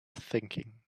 thinking